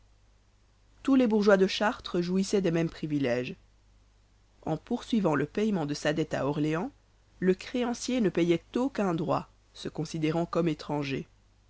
tous les bourgeois de chartres jouissaient des mêmes priviléges en poursuivant le paiement de sa dette à orléans le créancier ne payait aucun droit se considérant comme étranger